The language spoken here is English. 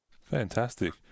Fantastic